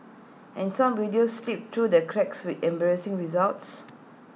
and some videos slip through the cracks with embarrassing results